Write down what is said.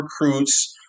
recruits